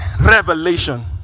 revelation